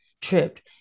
tripped